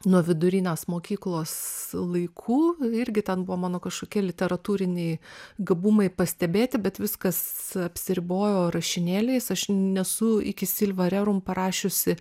nuo vidurinės mokyklos laikų irgi ten buvo mano kažkokie literatūriniai gabumai pastebėti bet viskas apsiribojo rašinėliais aš nesu iki silva rerum parašiusi